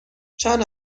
چند